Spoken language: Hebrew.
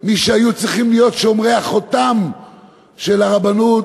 מי שהיו צריכים להיות שומרי החותם של הרבנות